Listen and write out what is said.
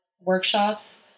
workshops